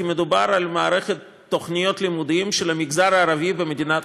כי מדובר במערכת תוכניות לימודים של המגזר הערבי במדינת